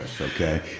Okay